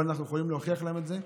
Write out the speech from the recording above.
אבל אנחנו יכולים להוכיח להם את זה.